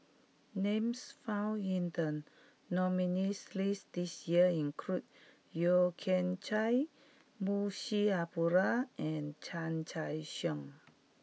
names found in the nominees' list this year include Yeo Kian Chai Munshi Abdullah and Chan Choy Siong